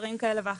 דברים כאלה ואחרים.